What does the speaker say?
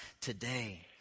today